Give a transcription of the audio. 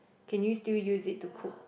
can you still use it to cook